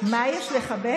אין מה לכבד, מה יש לכבד?